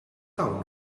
town